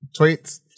Tweets